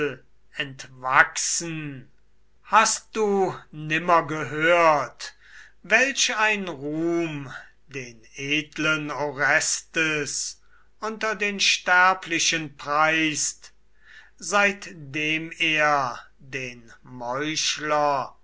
entwachsen hast du nimmer gehört welch ein ruhm den edlen orestes unter den sterblichen preist seitdem er den